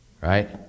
right